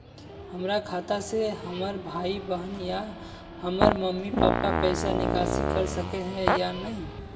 हमरा खाता से हमर भाई बहन या हमर मम्मी पापा पैसा निकासी कर सके है या नहीं?